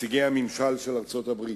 נציגי הממשל של ארצות-הברית,